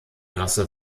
rasse